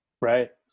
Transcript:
Right